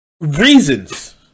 reasons